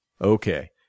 Okay